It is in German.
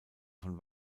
von